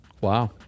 Wow